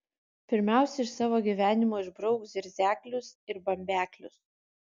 pirmiausia iš savo gyvenimo išbrauk zirzeklius ir bambeklius